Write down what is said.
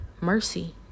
mercy